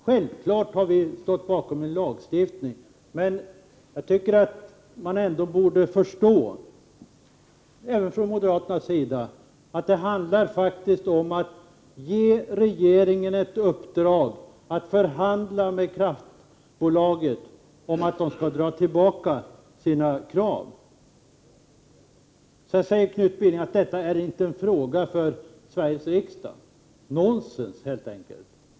Självfallet har vi stått bakom en lagstiftning, Knut Billing, men även moderaterna borde förstå att det faktiskt handlar om att ge regeringen ett uppdrag att förhandla med kraftbolaget om att bolaget skall dra tillbaka sina krav. Knut Billing sade att detta inte är en fråga för Sveriges riksdag. Det är nonsens!